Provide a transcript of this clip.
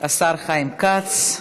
השר חיים כץ,